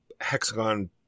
hexagon